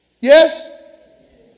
Yes